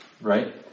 right